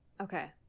Okay